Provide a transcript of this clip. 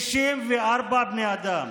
64 בני אדם,